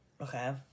Okay